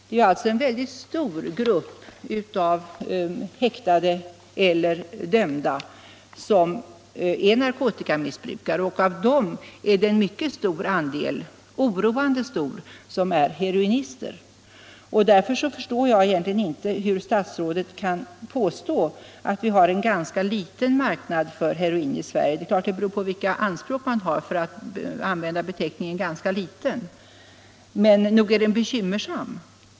Det är alltså en väldigt stor grupp av de häktade eller dömda som är narkotikamissbrukare, och av dem är en oroande stor del heroinister. Därför förstår jag egentligen inte hur statsrådet kan påstå att vi har en ganska liten marknad för heroin i Sverige. Man kan givetvis ha olika uppfattning om vad ”ganska liten” betyder, men nog är situationen bekymmersam.